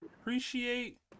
Appreciate